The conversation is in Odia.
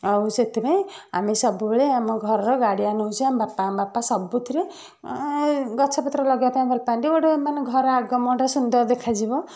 ଆଉ ସେଥିପାଇଁ ଆମେ ସବୁବେଳେ ଆମ ଘରର ଗାଡ଼ିଆନ ହଉଛି ଆମ ବାପା ଆମ ବାପା ସବୁଥିରେ ଉଁ ଗଛପତ୍ର ଲଗାଇବା ପାଇଁ ଭଲ ପାଆନ୍ତି ଗୋଟେ ମାନେ ଘରର ଆଗ ମୁହଁଟା ସୁନ୍ଦର ଦେଖାଯିବ